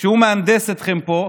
שהוא מהנדס אתכם פה,